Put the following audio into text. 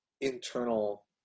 internal